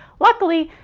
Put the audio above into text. luckily,